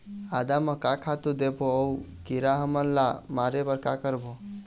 आदा म का खातू देबो अऊ कीरा हमन ला मारे बर का करबो?